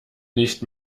nicht